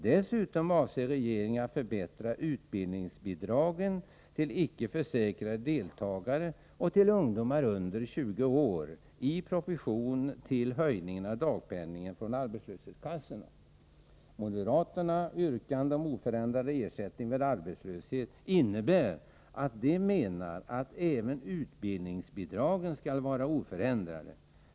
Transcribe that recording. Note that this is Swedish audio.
Dessutom avser regeringen att förbättra utbildningsbidragen till icke försäkrade deltagare och till ungdomar under 20 år i proportion till höjningen av dagpenningen från arbetslöshetskassorna. Moderaternas yrkande om oförändrade ersättningar vid arbetslöshet innebär att de menar att även utbildningsbidragen skall vara oförändrade.